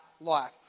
life